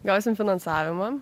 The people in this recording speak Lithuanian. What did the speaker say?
gausim finansavimą